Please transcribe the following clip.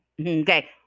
Okay